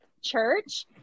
church